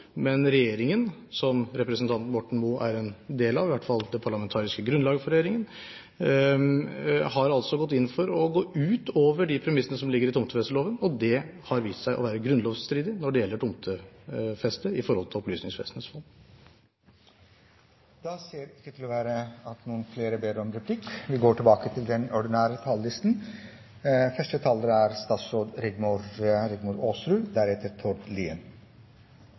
men regjeringen – representanten Borten Moe er jo en del av det parlamentariske grunnlaget for regjeringen – har altså gått inn for å gå ut over de premissene som ligger i tomtefesteloven. Og det har vist seg å være grunnlovsstridig hva gjelder tomtefeste i forhold til Opplysningsvesenets fond. Replikkordskiftet er omme. Jeg har ikke tenkt å bruke mye tid på å kommentere sakens forhistorie. Det er flere i denne salen som kjenner den